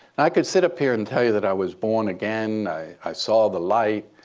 and i could sit up here and tell you that i was born again, i saw the light,